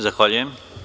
Zahvaljujem.